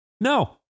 No